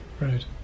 Right